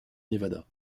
nevada